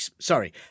Sorry